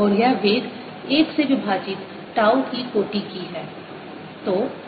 और यह वेग एक से विभाजित टाउ के कोटि की है